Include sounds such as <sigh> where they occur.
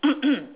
<coughs>